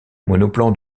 monoplan